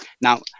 Now